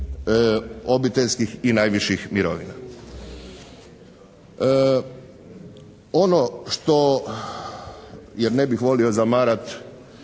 obiteljskih i najviših mirovina. Ono što, ja ne bih volio zamarati